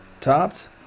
topped